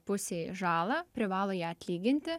pusei žalą privalo ją atlyginti